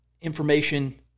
information